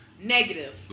Negative